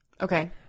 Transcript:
Okay